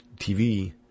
TV